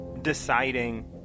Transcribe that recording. deciding